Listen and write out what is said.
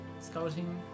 scouting